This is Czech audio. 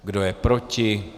Kdo je proti?